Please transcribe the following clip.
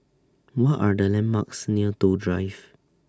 What Are The landmarks near Toh Drive